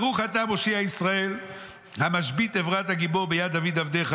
"ברוך אתה מושיע ישראל המשבית עברת הגיבור ביד דוד עבדך